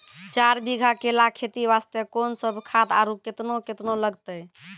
चार बीघा केला खेती वास्ते कोंन सब खाद आरु केतना केतना लगतै?